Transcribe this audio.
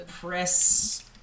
press